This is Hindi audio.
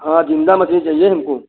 हाँ जिन्दा मछली चाहिए हमको